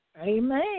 Amen